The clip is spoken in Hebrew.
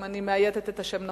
אם אני מאייתת את השם נכון,